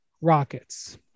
Rockets